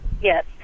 Yes